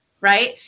right